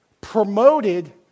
promoted